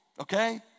Okay